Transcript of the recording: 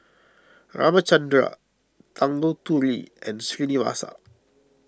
Ramchundra Tanguturi and Srinivasa